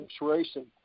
racing